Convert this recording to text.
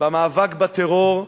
במאבק בטרור,